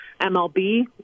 MLB